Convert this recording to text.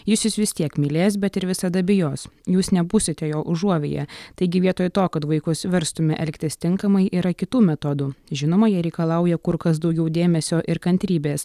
jis jus vis tiek mylės bet ir visada bijos jūs nebūsite jo užuovėja taigi vietoj to kad vaikus verstume elgtis tinkamai yra kitų metodų žinoma jie reikalauja kur kas daugiau dėmesio ir kantrybės